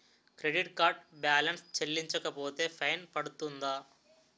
Credit card balance చెల్లించకపోతే fine పడ్తుంద?